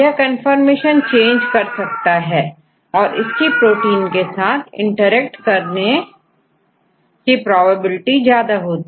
यह conformation change कर G सकता है और इसकी प्रोटीन के साथ इंटरेक्ट करने की प्रोबेबिलिटी ज्यादा होगी